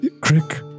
Crick